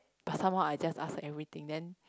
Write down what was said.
but someone I just ask everything then